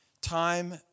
time